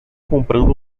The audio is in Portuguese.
comprando